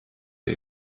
der